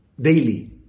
daily